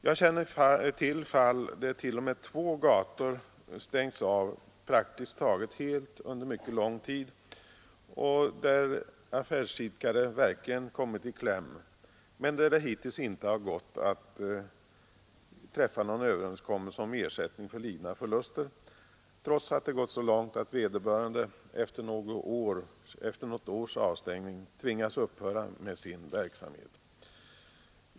Jag känner till fall där t.o.m. två gator stängts av praktiskt taget helt under mycket lång tid och där affärsidkare verkligen kommit i kläm men där det hittills inte har gått att träffa någon överenskommelse om ersättning för lidna förluster, trots att det gått så långt att vederbörande efter något års avstängning tvingats upphöra med sin verksamhet.